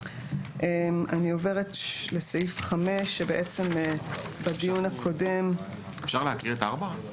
עוברת לסעיף 5. אפשר להקריא את סעיף 4?